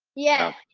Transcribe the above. yeah.